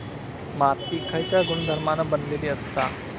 माती खयच्या गुणधर्मान बनलेली असता?